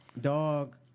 dog